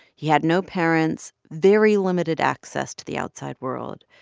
he had no parents, very limited access to the outside world.